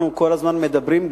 אנחנו כל הזמן מדברים,